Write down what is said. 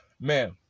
Man